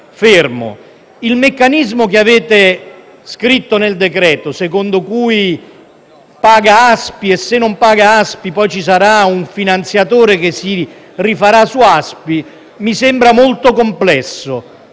fermo. Il meccanismo che avete scritto nel decreto-legge, secondo cui paga Aspi, e, se non paga Aspi, un finanziatore si rifarà su Aspi, mi sembra molto complesso: